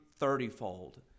thirtyfold